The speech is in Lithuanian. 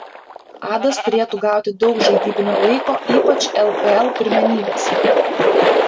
adas turėtų gauti daug žaidybinio laiko ypač lkl pirmenybėse